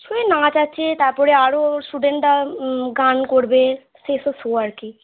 ওই নাচ আছে তারপরে আরও স্টুডেন্টরা গান করবে সেই সব শো আর কি